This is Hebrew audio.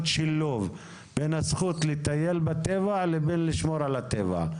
שילוב בין הזכות לטייל בטבע לבין לשמור על הטבע.